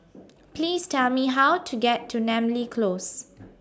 Please Tell Me How to get to Namly Close